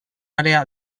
àrea